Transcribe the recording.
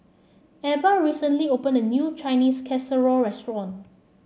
Ebba recently opened a new Chinese Casserole restaurant